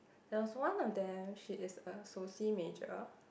there was one of them she is a soci major